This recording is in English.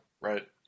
right